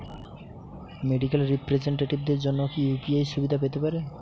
Medical রিপ্রেজন্টেটিভদের জন্য কি ইউ.পি.আই সুবিধা পেতে পারে?